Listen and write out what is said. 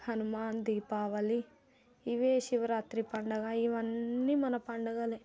హనుమాన్ దీపావళి ఇవే శివరాత్రి పండుగ ఇవన్నీ మన పండుగలే